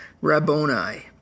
Rabboni